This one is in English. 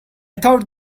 thought